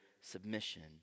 submission